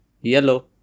Yellow